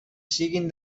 siguin